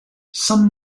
some